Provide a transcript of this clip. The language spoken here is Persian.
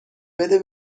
بده